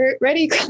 ready